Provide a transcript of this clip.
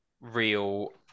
real